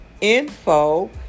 info